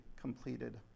completed